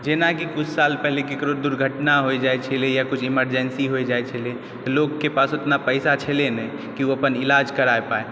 जेनाकि किछु साल पहिले केकरो दुर्घटना होइ जाइ छलै या किछु इमर्जेन्सी होइ जाइ छलै लोक के पास उतना पैसा छलै नहि की ओ अपन इलाज करा पै